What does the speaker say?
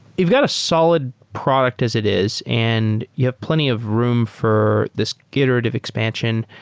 you've got a solid product as it is and you have plenty of room for this iterative expansion,